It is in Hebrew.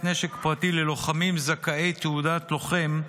נשק פרטי ללוחמים זכאי תעודת לוחם,